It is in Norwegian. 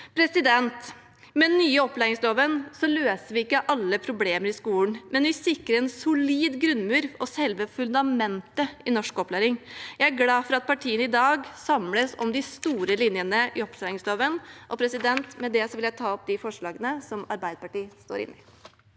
rettigheter. Med den nye opplæringsloven løser vi ikke alle problemer i skolen, men vi sikrer en solid grunnmur og selve fundamentet i norsk opplæring. Jeg er glad for at partiene i dag samles om de store linjene i opplæringsloven. Med det vil jeg ta opp de forslagene Arbeiderpartiet har sammen